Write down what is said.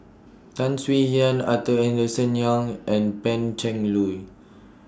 Tan Swie Hian Arthur Henderson Young and Pan Cheng Lui